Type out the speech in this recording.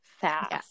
fast